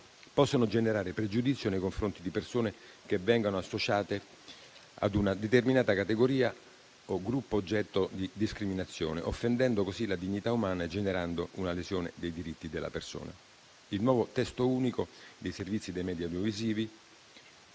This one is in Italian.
possono generare pregiudizio nei confronti di persone che vengano associate ad una determinata categoria o gruppo oggetto di discriminazione, offendendo così la dignità umana e generando una lesione dei diritti della persona. Il nuovo testo unico dei servizi dei media audiovisivi